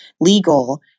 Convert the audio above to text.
legal